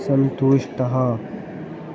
सन्तुष्टः